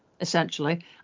essentially